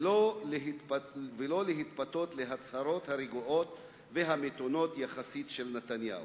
ולא להתפתות להצהרות הרגועות והמתונות יחסית של נתניהו.